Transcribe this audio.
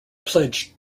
pledged